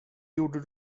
gjorde